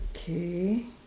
okay